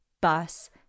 bus